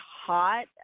hot